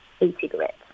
e-cigarettes